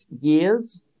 years